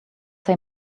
say